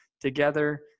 together